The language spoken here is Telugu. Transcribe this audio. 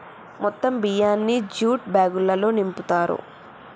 మొత్తం బియ్యాన్ని జ్యూట్ బ్యాగులల్లో నింపుతారు